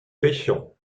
pêchons